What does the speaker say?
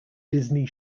disney